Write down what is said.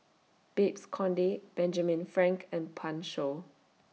Babes Conde Benjamin Frank and Pan Shou